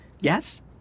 Yes